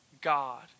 God